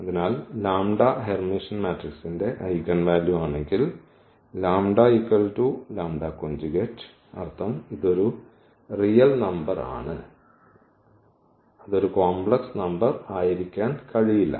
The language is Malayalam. അതിനാൽ ഹെർമിഷ്യൻ മാട്രിക്സിന്റെ ഐഗൻവാല്യു ആണെങ്കിൽ അർത്ഥം ഇത് ഒരു റിയൽ നമ്പർ ആണ് അത് ഒരു കോംപ്ലക്സ് നമ്പർ ആയിരിക്കാൻ കഴിയില്ല